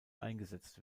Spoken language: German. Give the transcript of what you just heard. eingesetzt